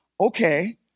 Okay